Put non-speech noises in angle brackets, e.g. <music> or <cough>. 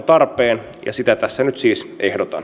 <unintelligible> tarpeen ja sitä tässä nyt siis ehdotan